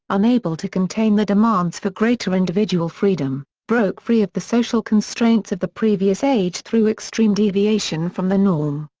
unable to contain the demands for greater individual freedom, broke free of the social constraints of the previous age through extreme deviation from the norm.